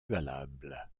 valable